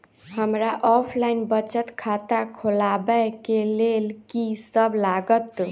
हमरा ऑफलाइन बचत खाता खोलाबै केँ लेल की सब लागत?